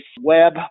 web